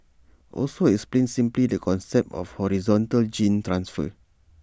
also explained simply the concept of horizontal gene transfer